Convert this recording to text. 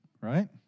Right